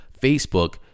Facebook